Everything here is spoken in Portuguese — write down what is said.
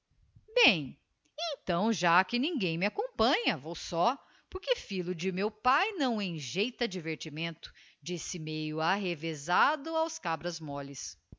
bem então já que ninguém me acompanha vou só porque filho de meu pae não engeita divertimento disse meio arrevezado aos cabras molles